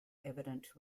evident